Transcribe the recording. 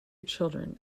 children